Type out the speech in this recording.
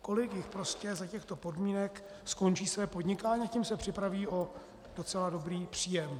Kolik jich prostě za těchto podmínek skončí své podnikání, a tím se připraví o docela dobrý příjem.